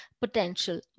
potential